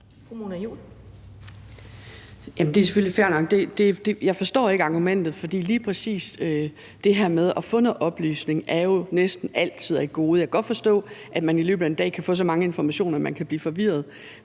det er selvfølgelig fair nok. Jeg forstår ikke argumentet, for lige præcis det her med at få noget oplysning er jo næsten altid et gode. Jeg kan godt forstå, at man i løbet af en dag kan få så mange informationer, at man kan blive forvirret,